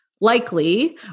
likely